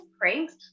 pranks